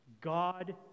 God